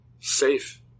Safe